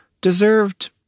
deserved